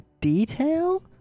detail